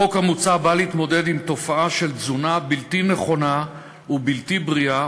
החוק המוצע בא להתמודד עם התופעה של תזונה בלתי נכונה ובלתי בריאה,